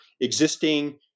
existing